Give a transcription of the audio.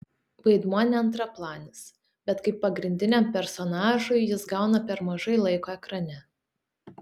vaidmuo ne antraplanis bet kaip pagrindiniam personažui jis gauna per mažai laiko ekrane